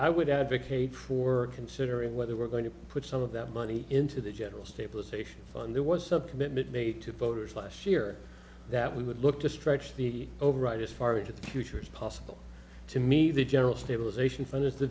i would advocate for considering whether we're going to put some of that money into the general stabilization fund there was a commitment made to voters last year that we would look to stretch the overwrite as far into the future as possible to me the general stabilization fund i